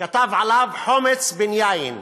וכתב עליו: חומץ בן יין.